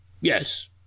Yes